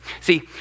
See